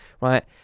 right